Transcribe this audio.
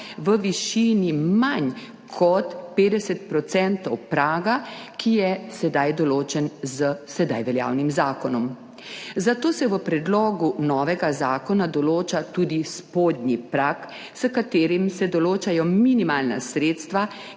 v višini manj kot 50 % praga, ki je sedaj določen s sedaj veljavnim zakonom, zato se v predlogu novega zakona določa tudi spodnji prag, s katerim se določajo minimalna sredstva,